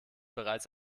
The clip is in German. bereits